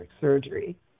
surgery